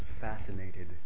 fascinated